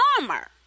armor